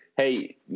Hey